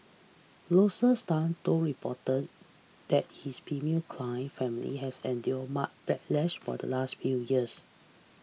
Tan told reporter that his female client family has endure much backlash for the last few years